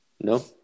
No